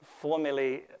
formally